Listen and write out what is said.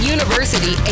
University